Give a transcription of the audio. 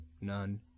None